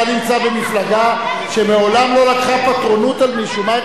אתה נמצא במפלגה שמעולם לא לקחה פטרונות על מישהו.